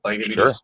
Sure